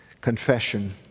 Confession